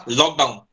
lockdown